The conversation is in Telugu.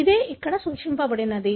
అదే ఇక్కడ సూచించబడింది